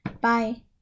Bye